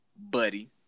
Buddy